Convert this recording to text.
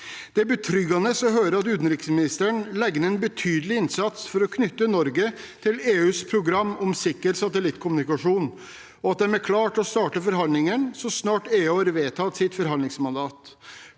Det er betryggende å høre at utenriksministeren legger ned en betydelig innsats for å knytte Norge til EUs program om sikker satellittkommunikasjon, og at man er klar til å starte forhandlingene så snart EU har vedtatt sitt forhandlingsmandat.